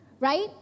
Right